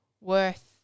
worth